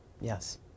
Yes